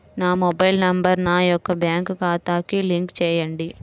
నా mobile number నా యొక్క బ్యాంక్ ఖాతాకి లింక్ చేయండీ?